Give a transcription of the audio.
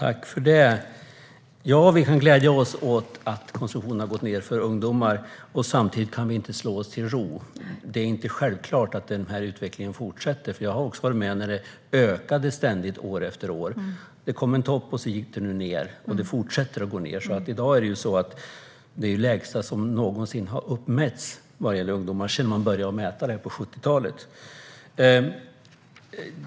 Herr talman! Vi kan glädja oss åt att konsumtionen har gått ned för ungdomar. Samtidigt kan vi inte slå oss till ro, för det är inte självklart att utvecklingen fortsätter. Jag har varit med när konsumtionen ökade ständigt, år efter år. Det kom en topp, och så gick den ned. Den fortsätter att gå ned, och i dag är det den lägsta konsumtion som någonsin uppmätts för ungdomar sedan man började mäta på 70-talet.